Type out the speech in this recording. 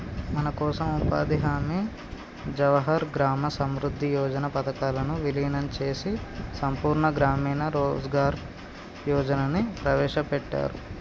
మనకోసం ఉపాధి హామీ జవహర్ గ్రామ సమృద్ధి యోజన పథకాలను వీలినం చేసి సంపూర్ణ గ్రామీణ రోజ్గార్ యోజనని ప్రవేశపెట్టారు